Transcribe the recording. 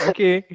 Okay